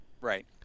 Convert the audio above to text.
Right